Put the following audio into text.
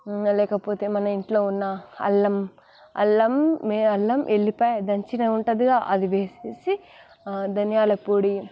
లేకపోతే మన ఇంట్లో ఉన్న అల్లం అల్లం మెయిన్ అల్లం ఎల్లిపాయ దంచినవి ఉంటుందిగా అది వేసేసి ధనియాల పొడి